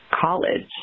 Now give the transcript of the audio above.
college